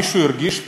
מישהו הרגיש פה?